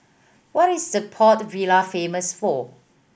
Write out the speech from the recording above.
what is the Port Vila famous for